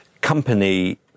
company